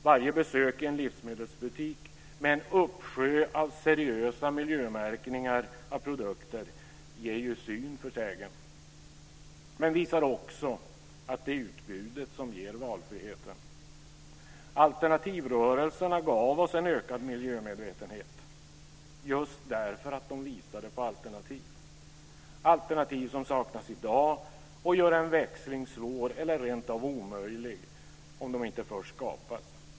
Varje besök i en livsmedelsbutik med en uppsjö av produkter med seriösa miljömärkningar ger ju syn för sägen. Men det visar också att det är utbudet som ger valfriheten. Alternativrörelserna gav oss en ökad miljömedvetenhet just därför att de visade på alternativ. Alternativ som saknas i dag gör en växling svår eller rentav omöjlig om de inte först skapas.